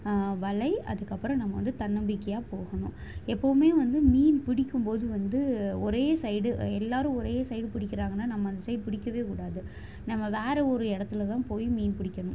வலை அதுக்கப்புறம் நம்ம வந்து தன்னம்பிக்கையாக போகணும் எப்போதுமே வந்து மீன் பிடிக்கும் போது வந்து ஒரே சைடு எல்லோரும் ஒரே சைடு பிடிக்கிறாங்கன்னா நம்ம அந்த சைட் பிடிக்கவே கூடாது நம்ம வேறு ஒரு இடத்துல தான் போய் மீன் பிடிக்கணும்